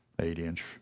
eight-inch